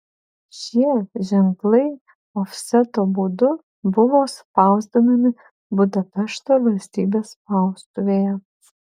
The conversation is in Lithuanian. šie ženklai ofseto būdu buvo spausdinami budapešto valstybės spaustuvėje